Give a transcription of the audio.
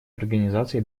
организации